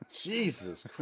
Jesus